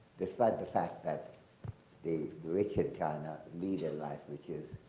despite the fact that the rich in china lead a life which is